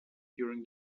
during